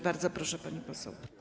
Bardzo proszę, pani poseł.